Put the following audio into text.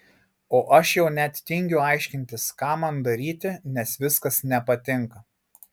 o aš jau net tingiu aiškintis ką man daryti nes viskas nepatinka